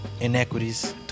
inequities